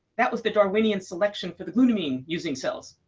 that was the darwinian selection for the glutamine-using cells.